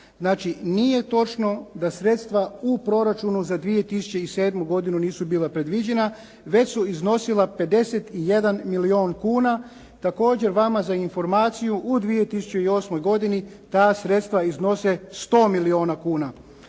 nije točno da sredstva u proračunu za 2007. godinu nisu bila predviđena već su iznosila 51 milijun kuna. Također vama za informaciju, u 2008. godini ta sredstva iznose 100 milijuna kuna,